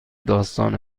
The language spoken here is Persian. داستان